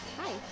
Hi